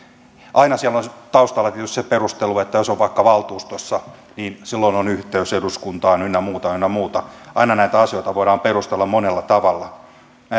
aina siellä on taustalla tietysti se perustelu että jos on vaikka valtuustossa niin silloin on yhteys eduskuntaan ynnä muuta ynnä muuta aina näitä asioita voidaan perustella monella tavalla